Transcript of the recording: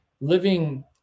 living